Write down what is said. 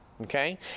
Okay